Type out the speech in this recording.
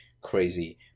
crazy